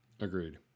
Agreed